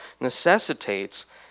necessitates